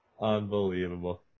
Unbelievable